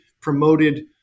promoted